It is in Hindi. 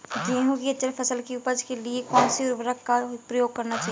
गेहूँ की अच्छी फसल की उपज के लिए कौनसी उर्वरक का प्रयोग करना चाहिए?